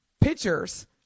pictures